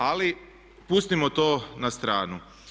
Ali, pustimo to na stranu.